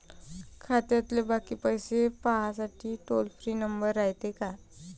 खात्यातले बाकी पैसे पाहासाठी टोल फ्री नंबर रायते का?